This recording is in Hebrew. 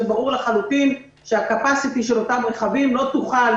ברור לחלוטין שה-capacity של אותם רכבים לא תוכל